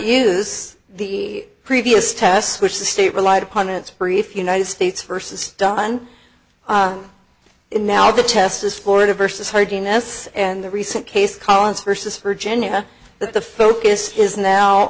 use the previous tests which the state relied upon its brief united states versus done in now the test is florida versus hardiness and the recent case collins versus virginia that the focus is now